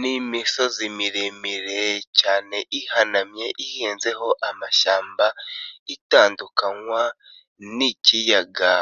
Ni misozi miremire cyane ihanamye ihinzeho amashyamba itandukanywa n'ikiyaga,